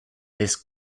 this